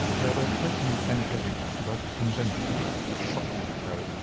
they are both quick and energetic, but conventional shockingly so.